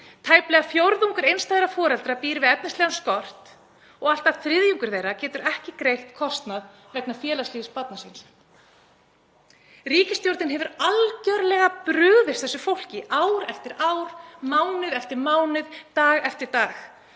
Tæplega fjórðungur einstæðra foreldra býr við efnislegan skort og allt að þriðjungur þeirra getur ekki greitt kostnað vegna félagslífs barna sinna. Ríkisstjórnin hefur algerlega brugðist þessu fólki ár eftir ár, mánuð eftir mánuð, dag eftir dag.